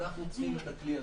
אנחנו צריכים את הכלי הזה.